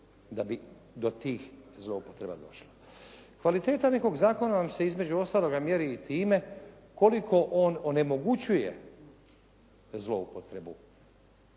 da bi do tih zloupotreba došlo. Kvaliteta nekog zakona nam se između ostaloga mjeri i time koliko on onemogućuje zloupotrebu